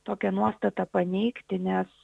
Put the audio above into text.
tokią nuostatą paneigti nes